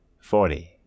forty